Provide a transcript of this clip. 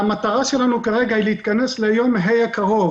המטרה שלנו כרגע היא להתכנס ליום ה' הקרוב